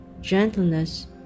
gentleness